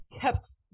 kept